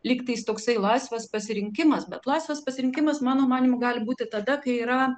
lyg tais toksai laisvas pasirinkimas bet laisvas pasirinkimas mano manymu gali būti tada kai yra